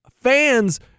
Fans